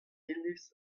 iliz